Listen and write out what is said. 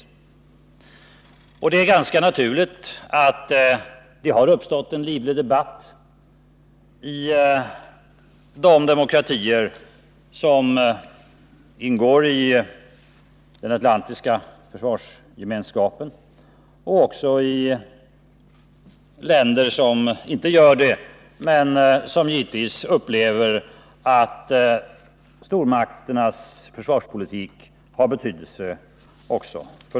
Det är därför ganska naturligt att det uppstått en livlig debatt i de demokratier som ingår i den atlantiska försvarsgemenskapen och i de andra länder för vilka stormakternas försvarspolitik har betydelse.